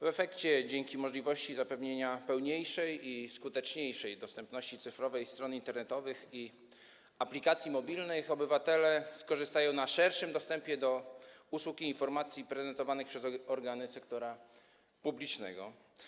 W efekcie dzięki możliwości zapewnienia pełniejszej i skuteczniejszej dostępności cyfrowej stron internetowych i aplikacji mobilnych obywatele skorzystają na szerszym dostępie do usług i informacji prezentowanych przez organy sektora publicznego.